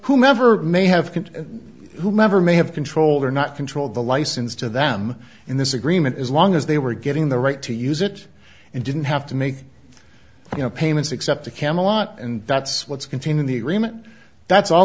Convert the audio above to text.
whomever may have kept whomever may have controlled or not controlled the license to them in this agreement as long as they were getting the right to use it and didn't have to make you know payments except to camelot and that's what's contained in the room and that's all